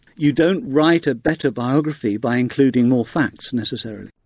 you don't write a better biography by including more facts necessarily.